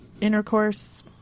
intercourse